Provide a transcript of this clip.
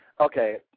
Okay